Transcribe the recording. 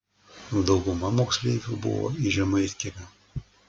dauguma moksleivių buvo iš žemaitkiemio